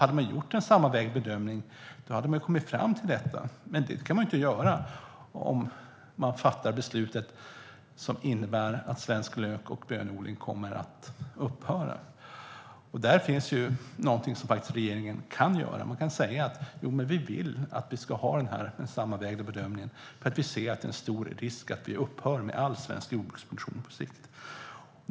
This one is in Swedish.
Hade man gjort en sammanvägd bedömning hade man kommit fram till detta, men det kan man ju inte göra om man fattar beslutet som innebär att svensk lök och bönodling kommer att upphöra. Där finns någonting regeringen faktiskt kan göra. Man kan säga: Vi vill att vi ska ha den sammanvägda bedömningen, för vi ser att det är en stor risk att vi upphör med all svensk jordbruksproduktion på sikt.